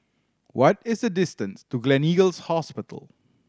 what is the distance to Gleneagles Hospital